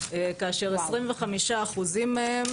כאשר 25% מהן,